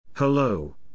Hello